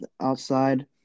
outside